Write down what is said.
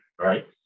right